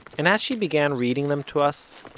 and as she began reading them to us,